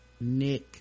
nick